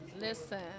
Listen